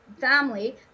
family